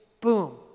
boom